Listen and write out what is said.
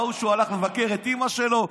ראו שהוא הלך לבקר את אימא שלו.